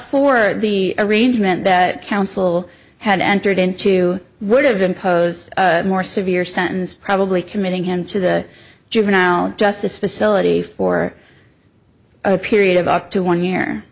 for the arrangement that counsel had entered into would have imposed more severe sentence probably committing him to the juvenile justice facility for a period of up to one year